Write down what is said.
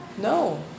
No